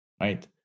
right